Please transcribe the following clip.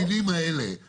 האם כל הכלים האלה עובדים?